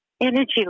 energy